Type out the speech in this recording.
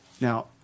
Now